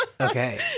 okay